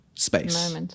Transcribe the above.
space